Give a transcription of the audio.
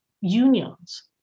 unions